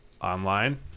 online